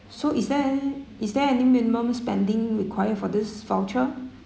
so is there any is there any minimum spending required for this voucher